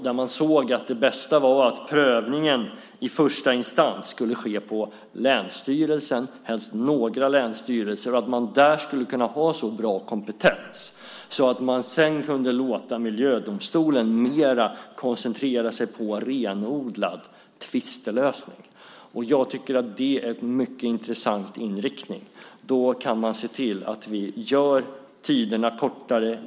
Där sades att det bästa var att prövningen i första instans skulle ske på länsstyrelsen, helst några länsstyrelser, och att man där skulle kunna ha så bra kompetens att man sedan kunde låta miljödomstolen koncentrera sig mer på renodlad tvistelösning. Jag tycker att det är en mycket intressant inriktning, för då kan man se till att väntetiderna blir kortare.